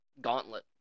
Gauntlet